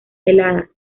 heladas